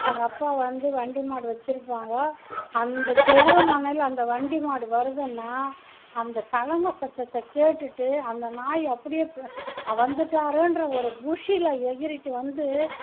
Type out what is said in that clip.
எங்கள் அப்பா வந்து வண்டி மாடு வச்சி இருப்பாங்க அந்த தெரு முனையில அந்த வண்டி மாடு வருதுன்னா அந்த சலங்கை சத்தத்தை கேட்டுவிட்டு அந்த நாய் அப்படியே வந்துட்டாருன்னு ஒரு குஷியில் எகிரிகிட்டு வந்து